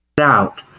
out